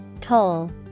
Toll